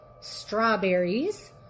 strawberries